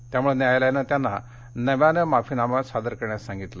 त्यामुळे न्यायालयानं त्यांना नव्यानं माफीनामा सादर करण्यास सांगितलं